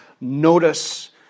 notice